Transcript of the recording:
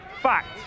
fact